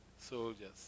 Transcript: soldiers